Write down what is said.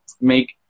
make